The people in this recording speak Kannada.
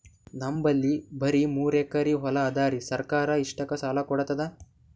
ನಮ್ ಬಲ್ಲಿ ಬರಿ ಮೂರೆಕರಿ ಹೊಲಾ ಅದರಿ, ಸರ್ಕಾರ ಇಷ್ಟಕ್ಕ ಸಾಲಾ ಕೊಡತದಾ?